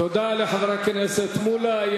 תודה לחבר הכנסת מולה.